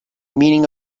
meaning